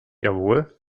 jawohl